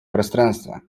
пространство